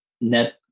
net